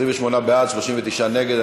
28 בעד, 39 נגד.